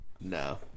No